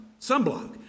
Sunblock